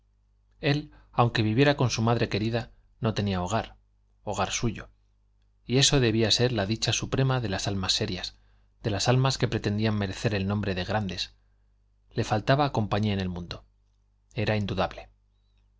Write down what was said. él aunque viviera con su madre querida no tenía hogar hogar suyo y eso debía ser la dicha suprema de las almas serias de las almas que pretendían merecer el nombre de grandes le faltaba compañía en el mundo era indudable